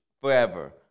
forever